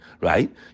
right